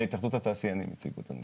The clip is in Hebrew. התאחדות התעשיינים הציגו.